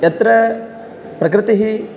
यत्र प्रकृतिः